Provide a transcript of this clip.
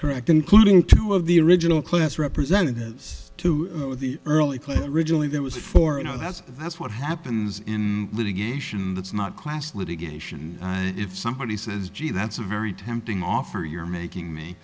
correct including two of the original class representatives to the early ridgeley there was a for it oh that's that's what happens in litigation that's not class litigation i mean if somebody says gee that's a very tempting offer you're making me